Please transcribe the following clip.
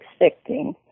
expecting